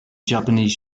japanese